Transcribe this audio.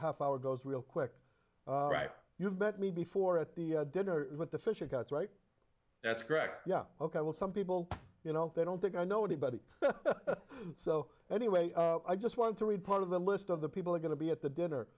power goes real quick right you've met me before at the dinner with the fisher cats right that's correct yeah ok well some people you know they don't think i know anybody so anyway i just want to read part of the list of the people are going to be at the dinner